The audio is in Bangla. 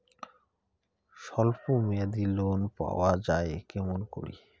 স্বল্প মেয়াদি লোন পাওয়া যায় কেমন করি?